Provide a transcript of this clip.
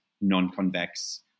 non-convex